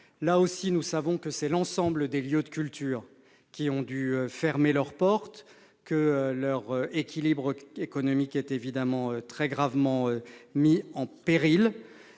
d'euros. Nous savons que l'ensemble des lieux de culture ont dû fermer leurs portes et que leur équilibre économique est à l'évidence très gravement mis en péril.